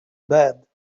bad